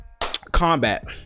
combat